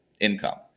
income